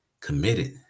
committed